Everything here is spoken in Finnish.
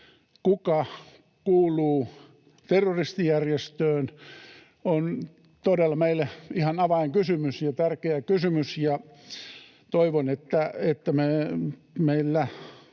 kuka kuuluu terroristijärjestöön, on todella meille ihan avainkysymys ja tärkeä kysymys, ja toivon, että meillä